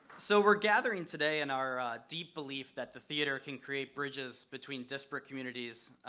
so we're gathering today in our deep belief that the theater can create bridges between disparate communities,